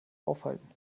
aufhalten